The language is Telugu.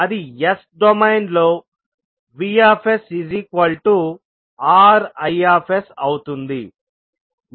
అది S డొమైన్ లో VsRIsఅవుతుంది